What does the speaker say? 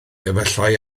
efallai